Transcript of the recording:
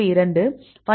2 12